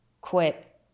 quit